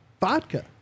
vodka